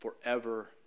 forever